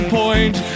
point